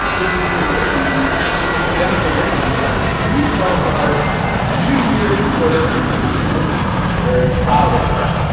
those of you know ipums, it's almost identical victims in fact we developed ours a few years before ipums came out with theirs, so we're very proud of this.